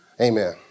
Amen